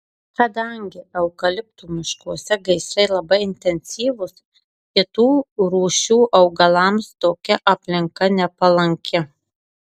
kadangi eukaliptų miškuose gaisrai labai intensyvūs kitų rūšių augalams tokia aplinka nepalanki